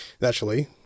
naturally